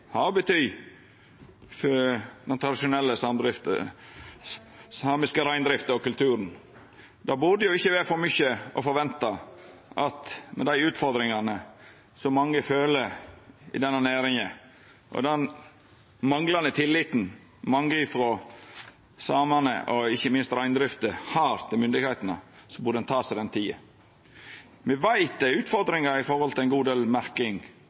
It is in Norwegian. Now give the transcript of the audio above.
ha å bety for den tradisjonelle samiske reindrifta og kulturen. Det burde ikkje vera for mykje å forventa at med dei utfordringane som mange føler i denne næringa, og med den manglande tilliten mange frå samane og ikkje minst reindrifta si side har til myndigheitene, burde ein ta seg den tida. Me veit det er utfordringar når det gjeld ein god del